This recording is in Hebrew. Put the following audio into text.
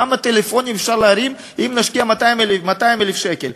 כמה טלפונים אפשר להרים אם נשקיע 200,000 שקל,